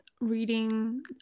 reading